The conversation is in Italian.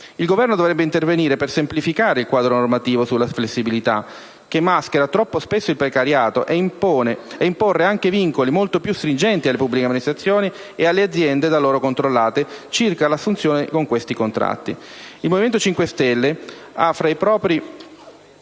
Il Governo dovrebbe intervenire per semplificare il quadro normativo sulla «flessibilità», che maschera troppo spesso il precariato, e imporre anche vincoli molto più stringenti alle pubbliche amministrazioni e alle aziende da loro controllate circa l'assunzione con questi contratti. Il Movimento 5 Stelle ha fra i propri